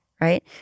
right